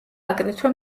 აგრეთვე